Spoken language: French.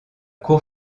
cour